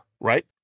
right